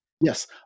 Yes